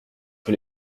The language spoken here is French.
que